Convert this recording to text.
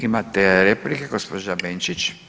Imate replike, gospođa Benčić.